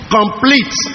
complete